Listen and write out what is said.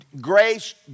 grace